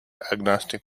agnostic